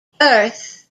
earth